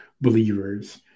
believers